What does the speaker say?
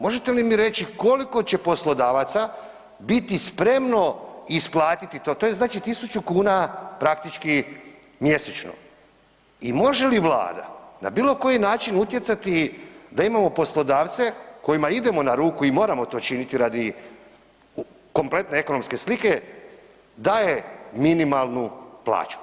Možete li mi reći koliko će poslodavaca biti spremno isplatiti to, to je znači 1.000 kuna praktički mjesečno i može li Vlada na bilo koji način utjecati da imamo poslodavce kojima idemo na ruku i moramo to činiti radi kompletne ekonomske slike daje minimalnu plaću.